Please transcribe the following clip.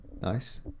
nice